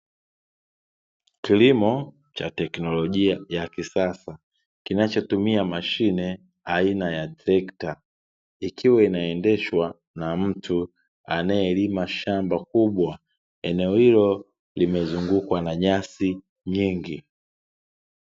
Kiliimo cha teknolojia ya kisasa, kinachotumia mashine aina ya trekta. Ikiwa inaendeshwa na mtu anayelima shamba kubwa. Eneo hilo limezungukwa na nyasi nyingi.